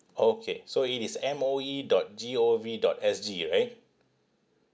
okay so it is M O E dot G O V dot S G right